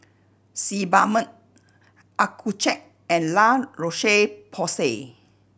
Sebamed Accucheck and La Roche Porsay